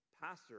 pastor